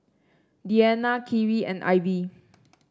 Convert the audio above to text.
Deanna Kyree and Ivey